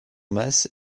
masse